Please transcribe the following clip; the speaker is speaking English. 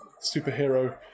superhero